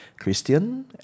Christian